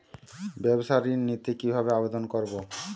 ব্যাবসা ঋণ নিতে কিভাবে আবেদন করব?